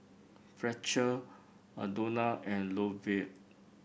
Fletcher Aldona and Lovett